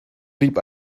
blieb